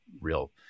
real